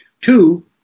Two